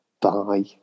bye